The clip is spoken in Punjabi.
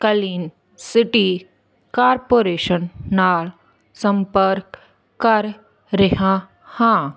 ਕਾਲੀਨ ਸਿਟੀ ਕਾਰਪੋਰੇਸ਼ਨ ਨਾਲ ਸੰਪਰਕ ਕਰ ਰਿਹਾ ਹਾਂ